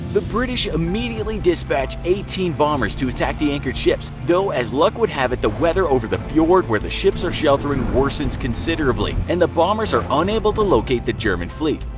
the british immediately dispatch eighteen bombers to attack the anchored ships, though as luck would have it the weather over the fjord where the ships are sheltering worsens considerably and the bombers are unable to locate the german fleet.